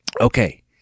Okay